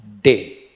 day